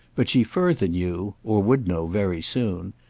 but she further knew, or would know very soon,